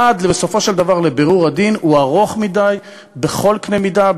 עד בסופו של דבר בירור הדין הוא ארוך מדי בכל קנה-מידה,